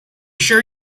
sure